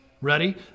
Ready